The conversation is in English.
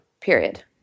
period